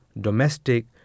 domestic